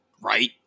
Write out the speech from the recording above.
Right